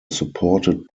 supported